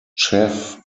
chef